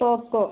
Oppo